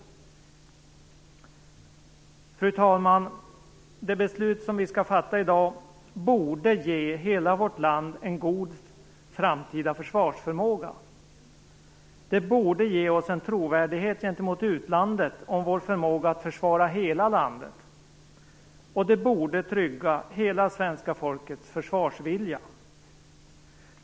Fru talman! Det beslut vi skall fatta i dag borde ge hela vårt land en god framtida försvarsförmåga. Det borde ge oss trovärdighet gentemot utlandet om vår förmåga att försvara hela landet och det borde trygga hela svenska folkets försvarsvilja.